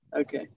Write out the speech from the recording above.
Okay